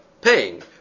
paying